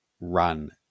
run